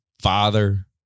father